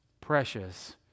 precious